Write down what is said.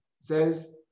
says